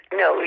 no